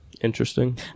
interesting